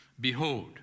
behold